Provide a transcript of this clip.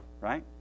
right